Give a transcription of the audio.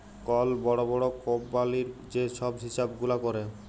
call বড় বড় কম্পালির যে ছব হিছাব গুলা ক্যরে